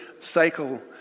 cycle